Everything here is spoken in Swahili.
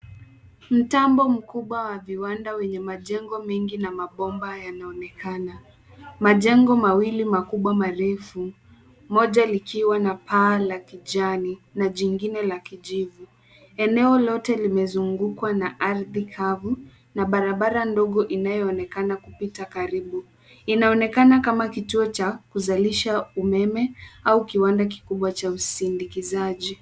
Mtambo mkubwa wa viwanda wenye majengo mengi na mabomba yanaonekana. Majengo mawili makubwa marefu. Moja likiwa na paa la kijani na jingine la kijivu. Eneo lote limezungukwa na ardhi kavu na barabara ndogo inayoonekana kupita karibu. Inaonekana kama kituo cha kuuzalisha umeme au kiwanda kikubwa cha usindikizaji.